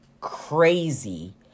crazy